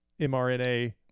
mRNA